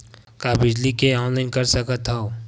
का बिजली के ऑनलाइन कर सकत हव?